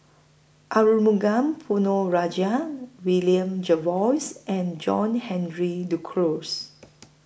Arumugam Ponnu Rajah William Jervois and John Henry Duclos